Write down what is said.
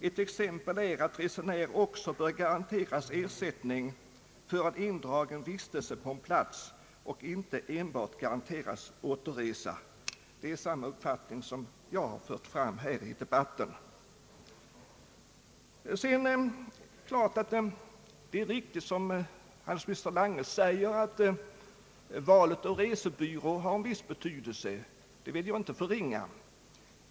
Ett exempel är att resenärer också bör garanteras ersättning för en indragen vistelse på en plats, och inte enbart garanteras återresa.» Det är samma uppfattning som jag har fört fram i debatten. Det är riktigt som handelsminister Lange säger att valet av resebyrå har en viss betydelse. Detta vill jag inte förringa.